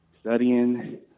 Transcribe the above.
studying